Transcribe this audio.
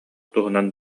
туһунан